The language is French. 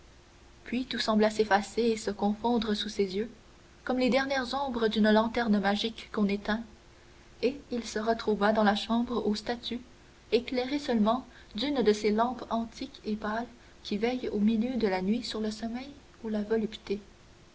puis tout sembla s'effacer et se confondre sous ses yeux comme les dernières ombres d'une lanterne magique qu'on éteint et il se retrouva dans la chambre aux statues éclairée seulement d'une de ces lampes antiques et pâles qui veillent au milieu de la nuit sur le sommeil ou la volupté